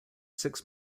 six